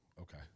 Okay